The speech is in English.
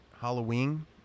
Halloween